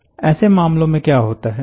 ऐसे मामलों में क्या होता है